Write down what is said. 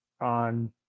on